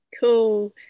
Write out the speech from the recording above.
cool